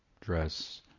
dress